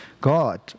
God